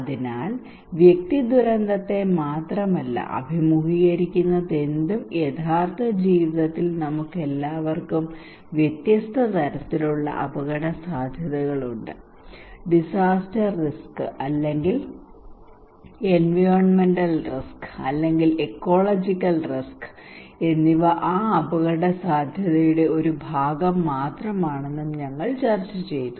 അതിനാൽ വ്യക്തി ദുരന്തത്തെ മാത്രമല്ല അഭിമുഖീകരിക്കുന്നതെന്നും യഥാർത്ഥ ജീവിതത്തിൽ നമുക്കെല്ലാവർക്കും വ്യത്യസ്ത തരത്തിലുള്ള അപകടസാധ്യതകളുണ്ട് ഡിസാസ്റ്റർ റിസ്ക് അല്ലെങ്കിൽ എൻവിറോൺമെന്റൽ റിസ്ക് അല്ലെങ്കിൽ എക്കോളോജിക്കൽ റിസ്ക് എന്നിവ ആ അപകടസാധ്യതയുടെ ഒരു ഭാഗം മാത്രമാണെന്നും ഞങ്ങൾ ചർച്ച ചെയ്തു